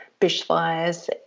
bushfires